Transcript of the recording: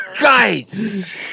Guys